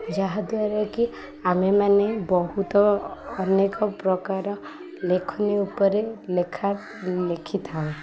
ଯାହାଦ୍ୱାରା କିି ଆମେମାନେ ବହୁତ ଅନେକ ପ୍ରକାର ଲେଖନୀ ଉପରେ ଲେଖା ଲେଖିଥାଉ